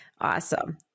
Awesome